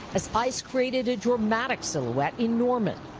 as ice created a dramatic silhouette in norman.